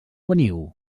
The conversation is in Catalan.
veniu